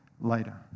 later